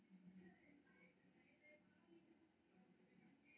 निजी निवेशक के अनेक अवसर आ जोखिम के सामना करय पड़ै छै